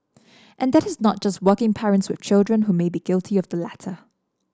and that is not just working parents with children who may be guilty of the latter